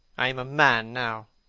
i am a man now.